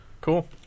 Cool